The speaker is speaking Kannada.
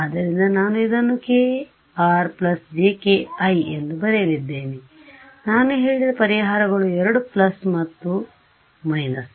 ಆದ್ದರಿಂದ ನಾನು ಇದನ್ನುkr jki ಎಂದು ಬರೆಯಲಿದ್ದೇನೆ ಆದ್ದರಿಂದ ನಾನು ಹೇಳಿದ ಪರಿಹಾರಗಳು ಎರಡೂ ಪ್ಲಸ್ ಮತ್ತು ಮೈನಸ್